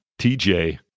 TJ